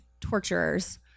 torturers